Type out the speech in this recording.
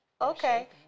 okay